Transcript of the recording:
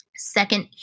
Second